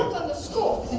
on the school.